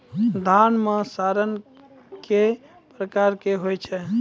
धान म सड़ना कै प्रकार के होय छै?